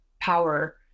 power